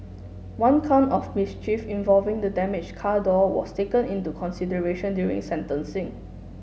one count of mischief involving the damaged car door was taken into consideration during sentencing